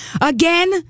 Again